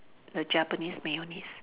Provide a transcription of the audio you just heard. the Japanese mayonnaise